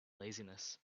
laziness